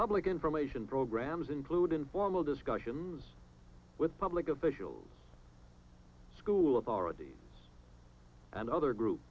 public information programs include informal discussions with public officials school authorities another group